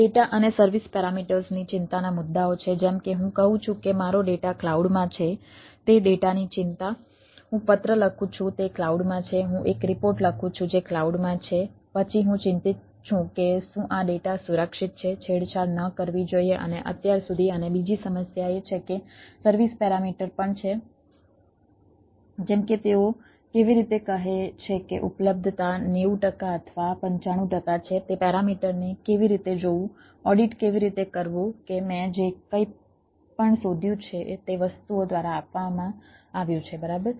data અને service parameters કેવી રીતે કરવું કે મેં જે કંઈ પણ શોધ્યું તે વસ્તુઓ દ્વારા આપવામાં આવ્યું છે બરાબર